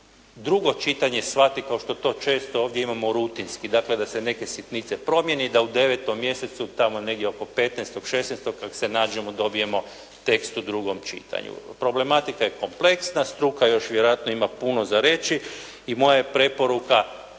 drugo čitanje shvati, kao što to često ovdje imamo rutinski, dakle da se neke sitnice promjeni i da u 9. mjesecu tamo negdje oko 15., 16. kad se nađemo dobijemo tekst u drugom čitanju. Problematika je kompleksna, struka još vjerojatno ima puno za reći i moja je preporuka,